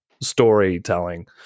storytelling